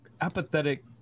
apathetic